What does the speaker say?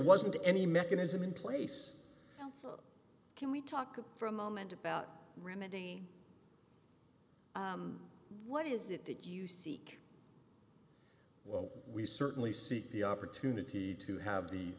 wasn't any mechanism in place can we talk for a moment about remedy what is it that you seek well we certainly see the opportunity to have the